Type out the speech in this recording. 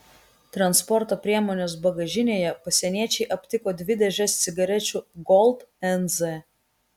transporto priemonės bagažinėje pasieniečiai aptiko dvi dėžes cigarečių gold nz